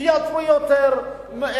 תיתנו יותר שופטים,